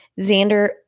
Xander